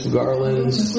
garlands